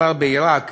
כבר בעיראק,